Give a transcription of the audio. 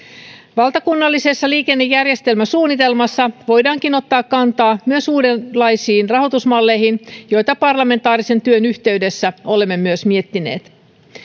valtakunnallisessa liikennejärjestelmäsuunnitelmassa voidaankin ottaa kantaa myös uudenlaisiin rahoitusmalleihin joita parlamentaarisen työn yhteydessä olemme myös miettineet